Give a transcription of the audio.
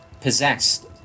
possessed